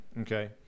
Okay